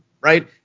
right